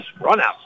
run-out